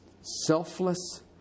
selfless